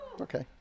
Okay